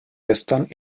gestern